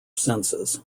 senses